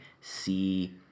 see